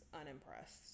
unimpressed